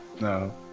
No